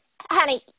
Honey